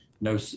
no